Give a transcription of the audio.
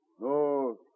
no